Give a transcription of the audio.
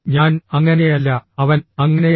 ഞാൻ അങ്ങനെയല്ല അവൻ അങ്ങനെയാണ്